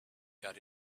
got